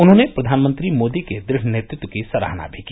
उन्होंने प्रधानमंत्री मोदी के दुढ़ नेतृत्व की सराहना भी की